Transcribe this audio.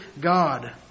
God